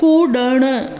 कुड॒णु